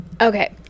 Okay